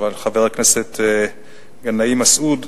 אבל חבר הכנסת גנאים מסעוד,